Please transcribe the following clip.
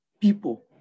people